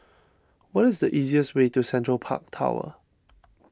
what is the easiest way to Central Park Tower